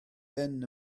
ben